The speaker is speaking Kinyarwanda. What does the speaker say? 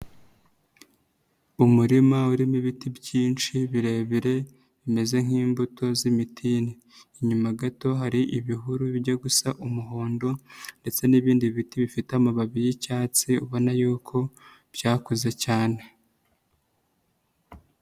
Umurima urimo ibiti byinshi birebire bimeze nk'imbuto z'imitini, inyuma gato hari ibihuru bijya gusa umuhondo ndetse n'ibindi biti bifite amababi y'icyatsi ubona yuko byakuze cyane.